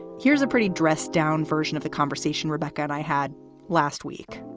here's a pretty dress down version of the conversation rebecca i had last week